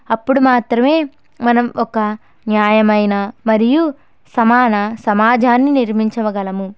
అప్పుడు మాత్రమే మనం ఒక న్యాయమైన మరియు సమాన సమాజాన్ని నిర్మించగలము